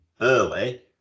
early